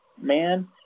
man